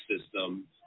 system